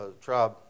tribe